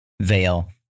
veil